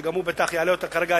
שגם הוא יעלה אותה כרגע,